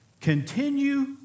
Continue